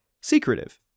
secretive